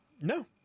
No